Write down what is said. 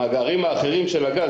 למאגרים האחרים של הגז,